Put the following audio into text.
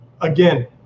again